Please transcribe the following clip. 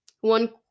One